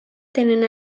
tenen